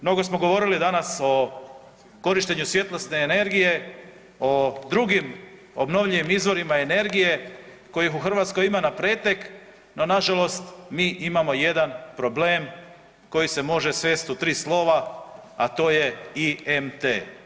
Mnogo smo govorili danas o korištenju svjetlosne energije, o drugim obnovljivim izvorima energije kojih u Hrvatskoj ima na pretek, no nažalost mi imamo jedan problem koji se može svest u 3 slova, a to je IMT.